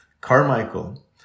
Carmichael